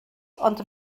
ond